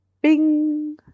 Bing